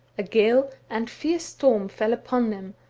a gale and fierce storm fell upon them,